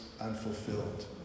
unfulfilled